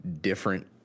different